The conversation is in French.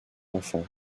enfants